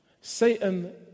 Satan